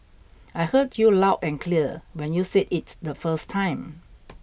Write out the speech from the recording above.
I heard you loud and clear when you said it the first time